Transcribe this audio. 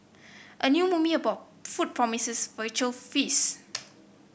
a new movie about food promises visual feast